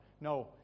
No